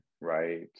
Right